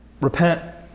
repent